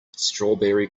strawberry